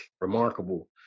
remarkable